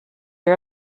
her